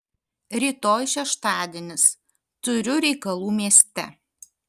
rytoj šeštadienis turiu reikalų mieste